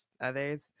OTHERS